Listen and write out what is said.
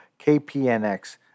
KPNX